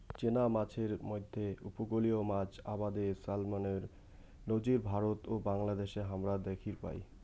চেনা মাছের মইধ্যে উপকূলীয় মাছ আবাদে স্যালমনের নজির ভারত ও বাংলাদ্যাশে হামরা দ্যাখির পাই